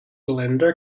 linda